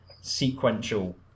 sequential